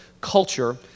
culture